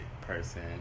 person